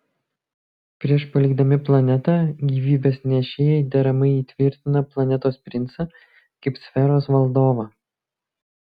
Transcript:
prieš palikdami planetą gyvybės nešėjai deramai įtvirtina planetos princą kaip sferos valdovą